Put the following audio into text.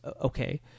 okay